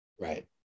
Right